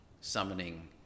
summoning